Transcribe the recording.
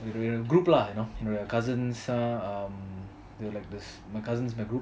when you were with your group lah with your cousins ah um they were like this my cousins my group